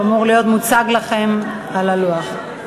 הוא אמור להיות מוצג לכם על הלוח.